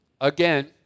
again